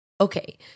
okay